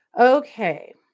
Okay